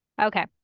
okay